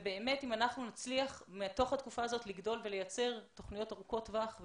אם אנחנו נצליח מתוך התקופה הזאת לגדול ולייצר תוכניות ארוכות טווח,